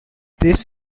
this